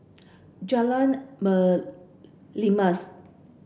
Jalan Merlimau